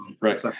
Right